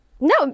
No